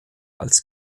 als